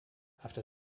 after